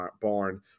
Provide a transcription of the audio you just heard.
barn